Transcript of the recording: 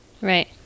right